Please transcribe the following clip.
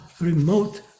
remote